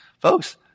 Folks